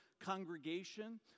congregation